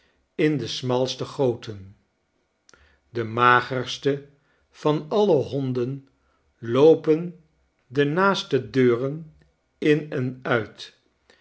in de smalste goten de magerste van alle honden loopen de naaste deuren in en uit